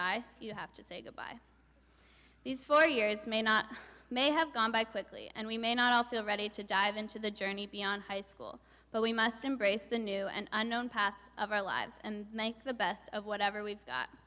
tie you have to say goodbye these four years may not may have gone by quickly and we may not all feel ready to dive into the journey beyond high school but we must embrace the new and unknown paths of our lives and make the best of whatever we've